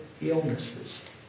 illnesses